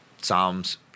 Psalms